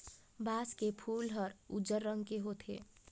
बांस के फूल हर उजर रंग के होथे